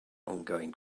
ongoing